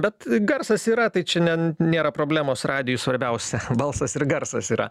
bet garsas yra tai čia ne nėra problemos radijui svarbiausia balsas ir garsas yra